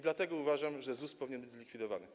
Dlatego uważam, że ZUS powinien być zlikwidowany.